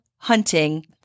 hunting